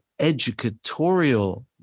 educatorial